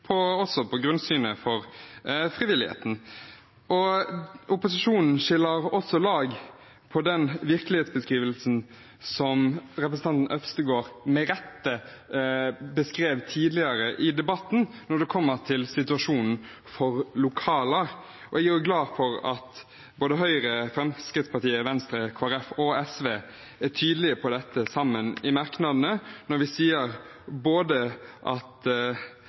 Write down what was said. frivilligheten. Opposisjonen skiller også lag i den virkelighetsbeskrivelsen som representanten Øvstegård med rette beskrev tidligere i debatten, når det kommer til situasjonen for lokaler. Jeg er glad for at både Høyre, Fremskrittspartiet, Venstre, Kristelig Folkeparti og SV sammen er tydelige på dette i merknadene, når vi sier at vi må sørge for at